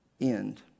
end